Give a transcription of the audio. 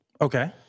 Okay